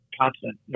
constant